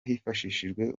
hifashishijwe